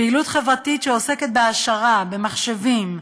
פעילות חברתית של העשרה, מחשבים,